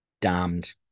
damned